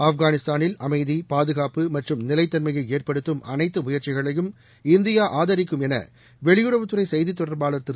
ஆப்கானிஸ்தானில் அமைதி பாதுகாப்பு மற்றும் நிலைத்தன்மையை ஏற்படுத்தும் அனைத்து முயற்சிகளையும் இந்தியா ஆதரிக்கும் என வெளியுறவுத்துறை செய்தித் தொடர்பாளர் திரு